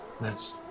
Nice